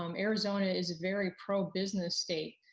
um arizona is a very pro business state.